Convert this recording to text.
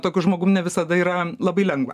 tokiu žmogum ne visada yra labai lengva